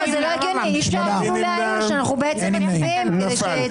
מי נמנע?